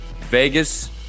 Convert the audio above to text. Vegas